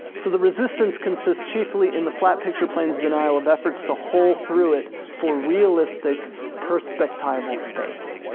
so the resistance consists chiefly in the flat picture plane's denial of efforts to hole through it for realistic perspectival space.